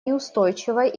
неустойчивой